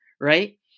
Right